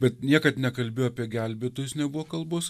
bet niekad nekalbėjo apie gelbėtojus nebuvo kalbos